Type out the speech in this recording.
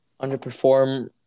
underperform